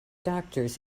doctors